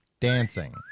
dancing